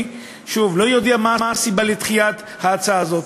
אני לא יודע מה הסיבה לדחיית ההצעה הזאת,